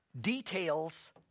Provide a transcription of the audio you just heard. details